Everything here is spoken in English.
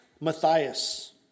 Matthias